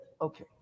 okay